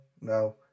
no